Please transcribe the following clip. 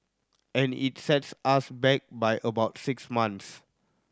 and it sets us back by about six months